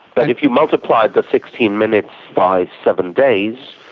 but if you multiplied the sixteen minutes by seven days,